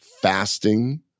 fasting